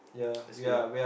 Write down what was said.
let's go